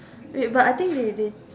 wait but I think they they